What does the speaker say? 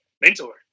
mentor